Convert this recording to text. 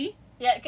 the